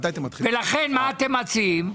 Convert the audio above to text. ולכן, מה אתם מציעים?